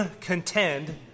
contend